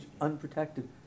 unprotected